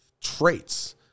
traits